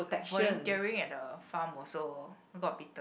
volunteering at the farm also got bitten